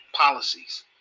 policies